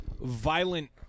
violent